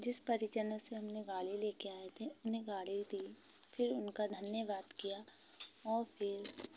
जिस परिजनों से हमने गाड़ी लेके आए थे उन्हें गाड़ी दी फिर उनका धन्यवाद किया और फिर